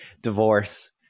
divorce